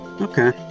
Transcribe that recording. Okay